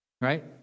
Right